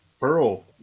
Pearl